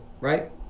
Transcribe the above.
right